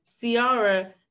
Ciara